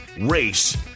race